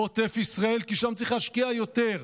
בעוטף ישראל, כי שם צריך להשקיע יותר,